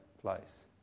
place